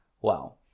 Wow